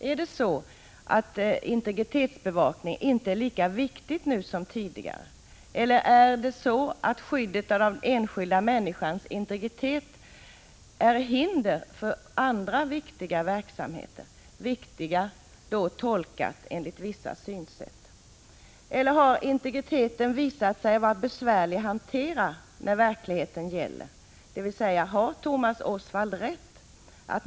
Är det så att integritetsbevakning inte är lika viktig nu som tidigare eller utgör skyddet av den enskilda människans integritet hinder för andra viktiga verksamheter — viktiga då tolkat enligt vissa synsätt? Har integriteten visat sig vara besvärlig att hantera när det verkligen gäller? Har Thomas Osvald alltså rätt?